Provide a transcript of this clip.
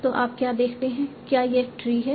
तो आप क्या देखते हैं क्या यह एक ट्री है